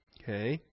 Okay